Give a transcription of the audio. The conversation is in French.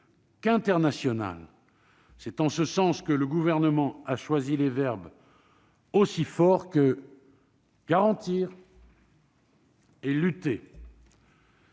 qu'international. C'est en ce sens que le Gouvernement a choisi des verbes aussi forts que « garantir » et « lutter